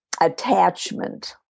attachment